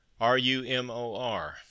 r-u-m-o-r